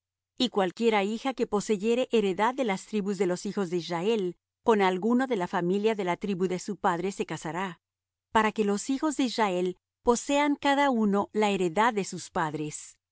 y cualquiera hija que poseyere heredad de las tribus de los hijos de israel con alguno de la familia de la tribu de su padre se casará para que los hijos de israel posean cada uno la heredad de sus padres